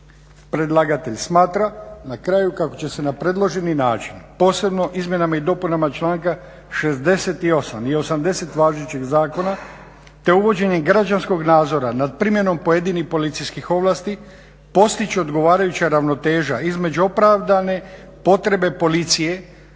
Predlagatelj smatra na kraju kako će se na predloženi način, posebno izmjenama i dopunama članka 68. i 80. važećeg zakona te uvođenjem građanskog nadzora nad primjenom pojedinih policijskih ovlasti postići odgovarajuća ravnoteža između opravdane potrebe policije